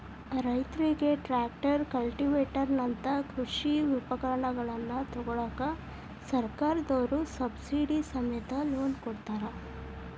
ರೈತರಿಗೆ tractor, cultivator ನಂತ ಕೃಷಿ ಉಪಕರಣ ತೊಗೋಳಾಕ ಸರ್ಕಾರದವ್ರು ಸಬ್ಸಿಡಿ ಸಮೇತ ಲೋನ್ ಕೊಡ್ತಾರ